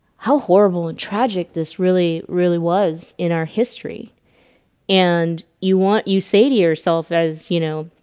how horrible and tragic this really really was in our history and you want you say to yourself as you know,